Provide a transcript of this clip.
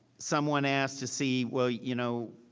someone asked to see, well, you know,